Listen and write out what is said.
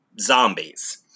zombies